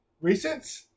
Recent